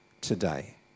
today